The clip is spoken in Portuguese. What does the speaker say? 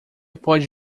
pode